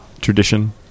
Tradition